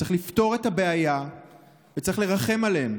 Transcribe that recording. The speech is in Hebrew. צריך לפתור את הבעיה וצריך לרחם עליהם,